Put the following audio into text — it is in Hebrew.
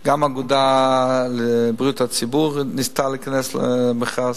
גם האגודה לבריאות הציבור ניסתה להיכנס למכרז,